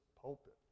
pulpit